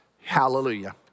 Hallelujah